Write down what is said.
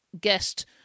guest